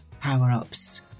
power-ups